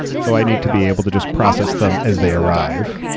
so i need to be able to just process them as they arrive.